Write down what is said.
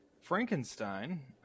Frankenstein